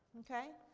okay?